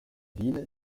ville